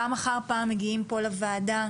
פעם אחר פעם מגיעים פה לוועדה,